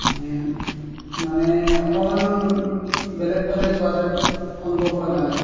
মানে অকণমান বেলেগ ফালে যোৱা যেন অনুভৱ হয় মানে